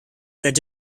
that